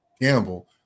gamble